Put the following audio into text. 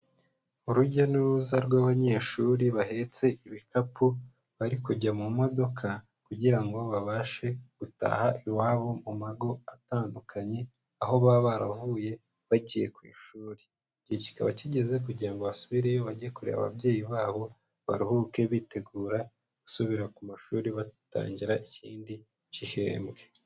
Urujya n'uruza rw'abanyeshuri bahetse ibikapu bari kujya mu modoka, kugira ngo babashe gutaha iwabo mu mago atandukanye, aho baba baravuye bagiye ku ishuri, igihe kikaba kigeze kugira ngo basubireyo bajye kureba ababyeyi babo baruhuke, bitegura gusubira ku mashuri batangira ikindi gihembwe.